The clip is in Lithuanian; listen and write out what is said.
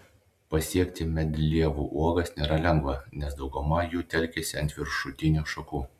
pasiekti medlievų uogas nėra lengva nes dauguma jų telkiasi ant viršutinių šakų